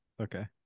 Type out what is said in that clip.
Okay